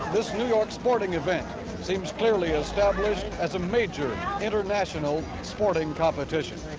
this new york sporting event seems clearly established as a major international sporting competition.